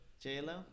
J-Lo